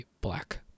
Black